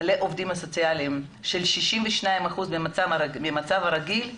לעובדים הסוציאליים לעומת המצב הרגיל.